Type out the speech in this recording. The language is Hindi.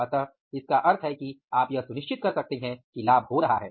अतः इसका अर्थ है कि आप यह सुनिश्चित कर सकते हैं कि लाभ हो रहा है